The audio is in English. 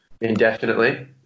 indefinitely